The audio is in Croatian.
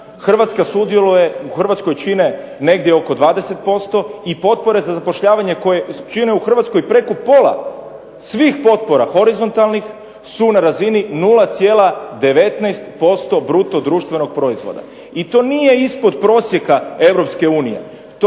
svih potpora, u Hrvatskoj čine negdje oko 20% i potpore za zapošljavanje koje čine u Hrvatskoj preko pola svih potpora horizontalnih su na razini 0,19% BDP-a. I to nije ispod prosjeka EU,